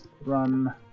run